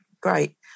Great